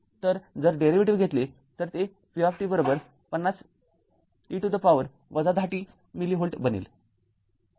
तर जर डेरीवेटीव्ह घेतले तर ते v ५० e to the power १० t millivolt बनेल